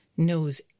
knows